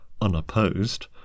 unopposed